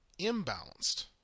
imbalanced